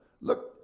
Look